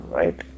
right